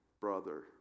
brother